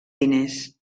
diners